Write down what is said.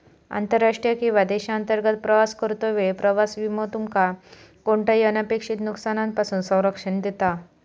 आंतरराष्ट्रीय किंवा देशांतर्गत प्रवास करतो वेळी प्रवास विमो तुमका कोणताही अनपेक्षित नुकसानापासून संरक्षण देता